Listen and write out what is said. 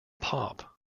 pop